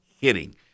hitting